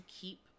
keep